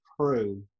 true